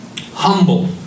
Humble